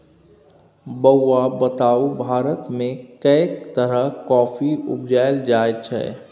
बौआ बताउ भारतमे कैक तरहक कॉफी उपजाएल जाइत छै?